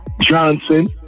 Johnson